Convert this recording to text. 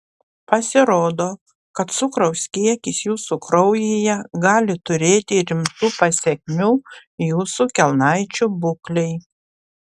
pasirodo kad cukraus kiekis jūsų kraujyje gali turėti rimtų pasekmių jūsų kelnaičių būklei